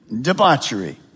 debauchery